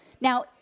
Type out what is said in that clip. Now